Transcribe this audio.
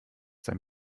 sein